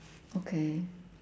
okay